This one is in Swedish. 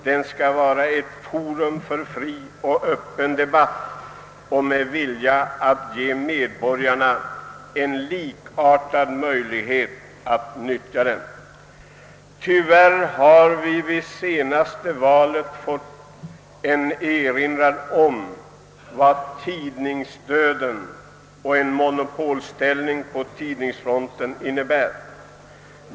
Denna skall vara ett forum för öppen debatt och ha en vilja att ge medborgarna lika möjlighet att delta i denna. Tyvärr har vi vid det senaste valet fått en erinran om vad tidningsdöden och en monopolställning på tidningsfronten kan medföra.